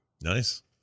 Nice